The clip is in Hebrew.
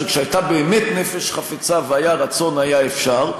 שכשהייתה באמת נפש חפצה והיה רצון, היה אפשר,